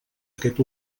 aquest